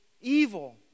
evil